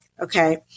okay